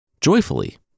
Joyfully